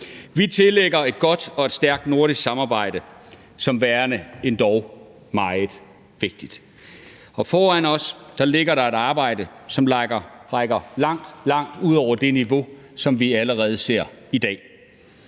Vi betragter et godt og stærkt nordisk samarbejde som værende endog meget vigtigt, og foran os ligger et arbejde, som rækker langt, langt ud over det niveau, som vi allerede ser i dag.